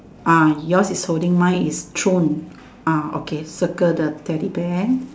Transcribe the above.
ah yours is holding mine is thrown ah okay circle the Teddy bear